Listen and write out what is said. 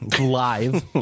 live